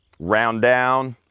round down,